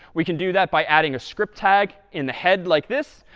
we can do that by adding a script tag in the head like this.